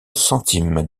centimes